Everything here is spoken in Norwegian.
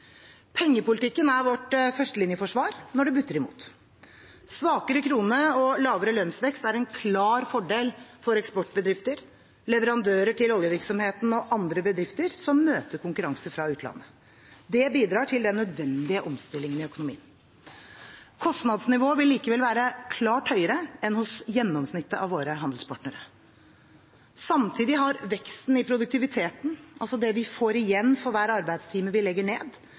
Pengepolitikken er vårt førstelinjeforsvar når det butter imot. Svakere krone og lavere lønnsvekst er en klar fordel for eksportbedrifter, leverandører til oljevirksomheten og andre bedrifter som møter konkurranse fra utlandet. Det bidrar til den nødvendige omstillingen i økonomien. Kostnadsnivået vil likevel være klart høyere enn hos gjennomsnittet av våre handelspartnere. Samtidig har veksten i produktiviteten – det vi får igjen for hver arbeidstime vi legger ned